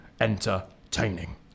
entertaining